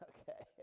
Okay